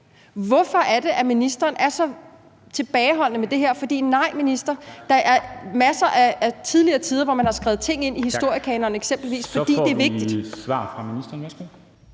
Hvorfor er det, at ministeren er så tilbageholdende med det her? For nej, minister, der er masser af eksempler fra tidligere tider, hvor man har skrevet ting ind i historiekanonen eksempelvis, fordi det er vigtigt. Kl. 10:18 Formanden (Henrik